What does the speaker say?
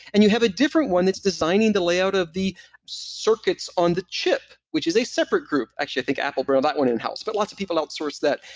and you have a different one that's designing the layout of the circuits on the chip, which is a separate group. actually, i think apple but that one in house, but lots of people outsource that.